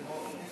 הוא פה, פה.